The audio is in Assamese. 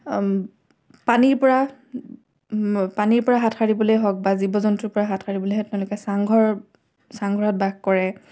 পানীৰ পৰা পানীৰ পৰা হাত সাৰিবলৈয়ে হওক বা জীৱ জন্তুৰ পৰা হাত সাৰিবলৈ হওক তেওঁলোকে চাংঘৰ চাংঘৰত বাস কৰে